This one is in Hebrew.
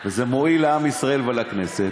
ושזה מועיל לעם ישראל ולכנסת.